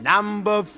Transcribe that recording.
Number